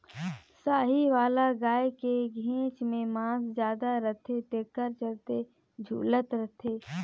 साहीवाल गाय के घेंच में मांस जादा रथे तेखर चलते झूलत रथे